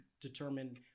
determine